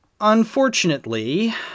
Unfortunately